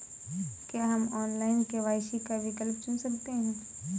क्या हम online KYC का विकल्प चुन सकते हैं?